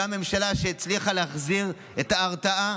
ממשלה שגם הצליחה להחזיר את ההרתעה